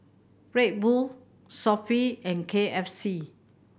Red Bull Sofy and K F C